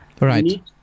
Right